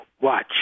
watch